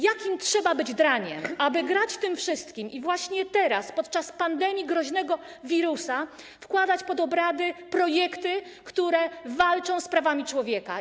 Jakim trzeba być draniem, aby grać tym wszystkim i właśnie teraz, podczas pandemii groźnego wirusa, wprowadzać pod obrady projekty, które walczą z prawami człowieka?